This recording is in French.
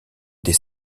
des